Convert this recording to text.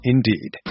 Indeed